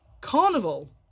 carnival